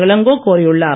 இளங்கோ கோரியுள்ளார்